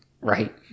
right